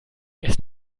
erst